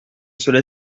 cela